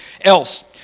else